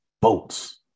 boats